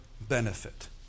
benefit